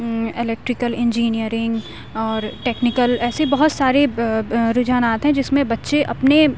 electrical engineering اور technical ایسے بہت سارے رجحانات ہیں جس میں بچے اپنے